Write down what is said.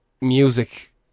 music